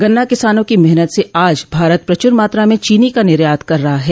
गन्ना किसानों की मेहनत से आज भारत प्रच्रर मात्रा में चीनी का निर्यात कर रहा है